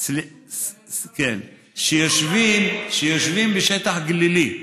שיושבים בשטח גלילי,